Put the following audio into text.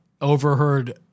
overheard